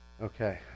Okay